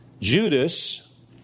Judas